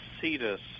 Cetus